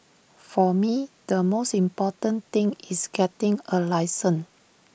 for me the most important thing is getting A license